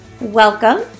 welcome